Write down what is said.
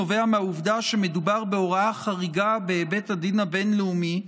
נובע מהעובדה שמדובר בהוראה חריגה בהיבט הדין הבין-לאומי,